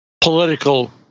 political